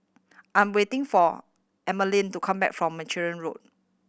I am waiting for to come back from Carmichael Road